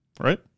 right